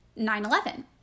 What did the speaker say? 9-11